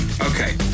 Okay